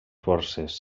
forces